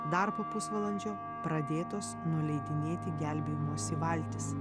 dar po pusvalandžio pradėtos nuleidinėti gelbėjimosi valtys